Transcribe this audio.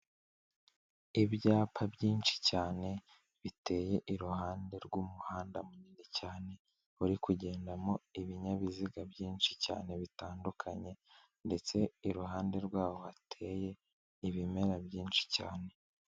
Ibyapa byinshi cyane biteye iruhande rw'umuhanda munini cyane uri kugendamo ibinyabiziga byinshi cyane bitandukanye ndetse iruhande rwawo hateye ibimera byinshi cyane.